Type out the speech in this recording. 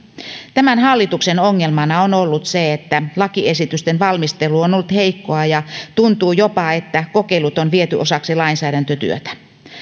tämän hallituksen ongelmana on ollut se että lakiesitysten valmistelu on ollut heikkoa ja tuntuu jopa että kokeilut on viety osaksi lainsäädäntötyötä